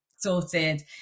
sorted